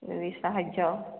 ଏତିକି ସାହାଯ୍ୟ